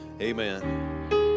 Amen